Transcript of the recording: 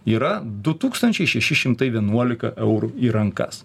yra du tūkstančiai šeši šimtai vienuolika eurų į rankas